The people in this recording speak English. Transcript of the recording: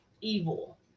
evil